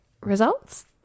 results